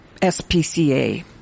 SPCA